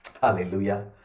hallelujah